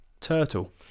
turtle